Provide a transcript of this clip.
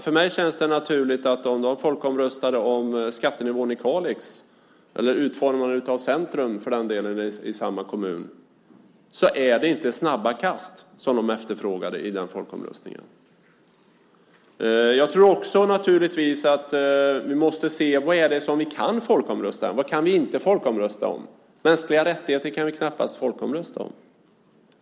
För mig känns det naturligt att om man folkomröstar om skattenivån i Kalix eller för den delen om utformning centrum i samma kommun är det inte snabba kast som man efterfrågar i den folkomröstningen. Vi måste se vad det är vi kan folkomrösta om. Vad kan vi inte folkomrösta om? Mänskliga rättigheter kan vi knappast folkomrösta om.